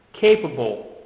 capable